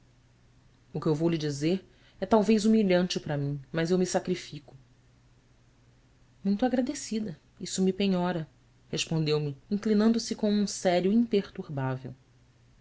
o que lhe vou dizer é talvez humilhante para mim mas eu me sacrifico uito agradecida isso me penhora respondeu-me inclinando-se com um sério imperturbável